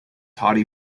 haughty